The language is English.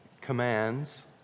commands